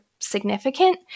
Significant